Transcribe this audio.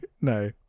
no